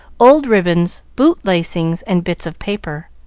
old ribbons, boot lacings, and bits of paper.